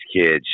kids